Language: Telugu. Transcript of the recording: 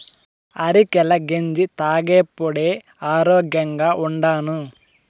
అరికెల గెంజి తాగేప్పుడే ఆరోగ్యంగా ఉండాను